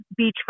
beachfront